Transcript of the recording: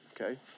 okay